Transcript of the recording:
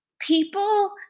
people